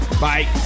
Bye